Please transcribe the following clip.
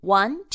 one